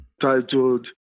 titled